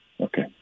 Okay